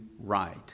right